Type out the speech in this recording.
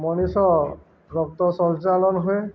ମଣିଷ ରକ୍ତ ସଞ୍ଚାଳନ ହୁଏ